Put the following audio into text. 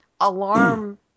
alarm